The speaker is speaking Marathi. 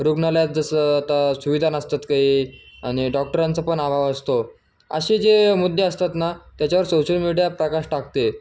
रुग्णालयात जसं आता सुविधा नसतात काही आणि डॉक्टरांचा पण अभाव असतो असे जे मुद्दे असतात ना त्याच्यावर सोशल मीडिया प्रकाश टाकते